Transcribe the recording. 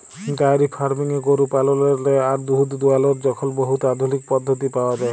diary ফার্মিংয়ে গরু পাললেরলে আর দুহুদ দুয়ালর এখল বহুত আধুলিক পদ্ধতি পাউয়া যায়